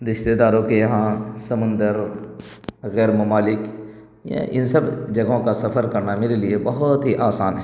رشتہ داروں کے یہاں سمندر غیر ممالک ان سب جگہوں کا سفر کرنا میرے لیے بہت ہی آسان ہے